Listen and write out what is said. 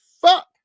fuck